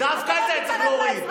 דווקא הנושא הזה,